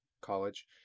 college